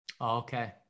Okay